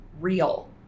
real